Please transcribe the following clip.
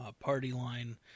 party-line